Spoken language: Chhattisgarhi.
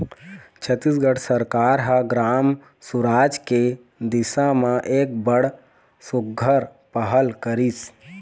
छत्तीसगढ़ सरकार ह ग्राम सुराज के दिसा म एक बड़ सुग्घर पहल करिस